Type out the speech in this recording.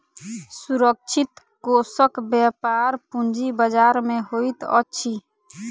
सुरक्षित कोषक व्यापार पूंजी बजार में होइत अछि